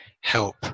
help